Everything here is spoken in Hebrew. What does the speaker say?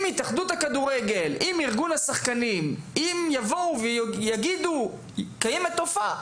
אם ההתאחדות לכדורגל וארגון השחקנים יבואו ויגידו שקיימת תופעה,